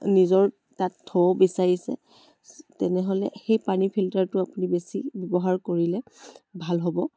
নিজৰ তাত থ'ব বিচাৰিছে তেনেহ'লে সেই পানী ফিল্টাৰটো আপুনি বেছি ব্যৱহাৰ কৰিলে ভাল হ'ব